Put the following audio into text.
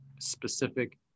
specific